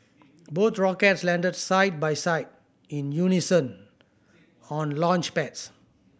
both rockets landed side by side in unison on launchpads